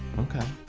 ok